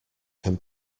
can